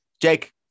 Jake